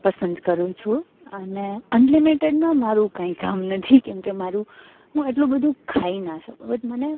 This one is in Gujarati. પસંદ કરું છું અને અનલિમિટેડમાં મારુ કાંઇ કામ નથી કેમકે મારું હું એટલું બધું ખાઈ ના શકું બટ મને